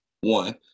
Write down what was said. One